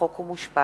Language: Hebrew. חוק ומשפט.